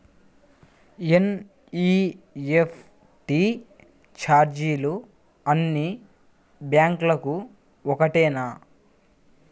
NEFT ఛార్జీలు అన్నీ బ్యాంక్లకూ ఒకటేనా?